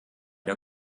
der